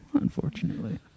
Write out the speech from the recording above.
unfortunately